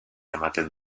ematen